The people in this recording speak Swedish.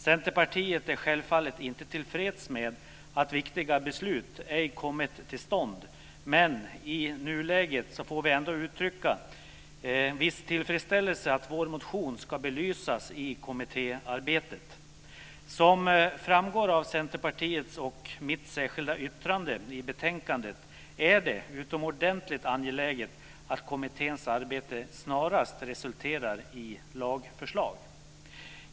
Centerpartiet är självfallet inte tillfreds med att viktiga beslut ej kommit till stånd, men i nuläget får vi ändå uttrycka viss tillfredsställelse över att vår motion ska belysas i kommittéarbetet. Som framgår av Centerpartiets och mitt särskilda yttrande i betänkandet är det utomordentligt angeläget att kommitténs arbete snarast resulterar i lagförslag.